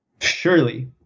Surely